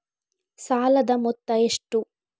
ಸಾಲದ ಮೊತ್ತ ಎಷ್ಟು?